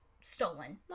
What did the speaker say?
stolen